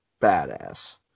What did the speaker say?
badass